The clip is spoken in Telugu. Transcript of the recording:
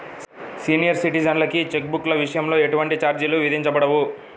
సీనియర్ సిటిజన్లకి చెక్ బుక్ల విషయంలో ఎటువంటి ఛార్జీలు విధించబడవు